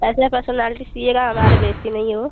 ऐसे पर्सनाल्टी सिएगा हमारे बेइज़्ज़ती नहीं हो